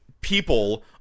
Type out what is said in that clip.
people